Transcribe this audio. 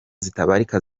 zitabarika